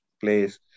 place